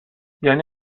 یعنی